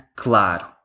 claro